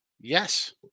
Yes